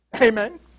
Amen